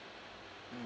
hmm